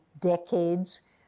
decades